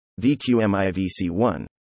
VQMIVC1